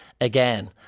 again